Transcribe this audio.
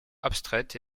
abstraites